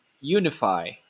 unify